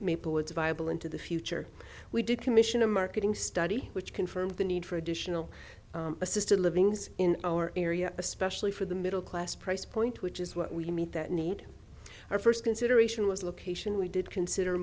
maplewood viable into the future we did commission a marketing study which confirmed the need for additional assisted living in our area especially for the middle class price point which is what we meet that need our first consideration was location we did consider